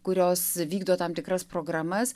kurios vykdo tam tikras programas